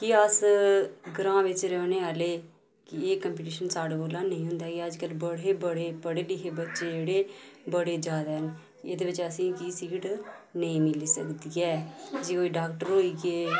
कि अस ग्रांऽ बिच्च रौह्ने आह्ले ते एह् कम्पीटिशन साढ़े कोला नेईं होंदा एह् अज्जकल बड़े बड़े पढ़े लिखे बच्चे जेह्ड़े बड़े ज्यादा न एह्दे बिच्च असें गी कि सीट नेईं मिली सकदी ऐ जियां कोई डाक्टर होई गे